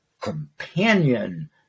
companion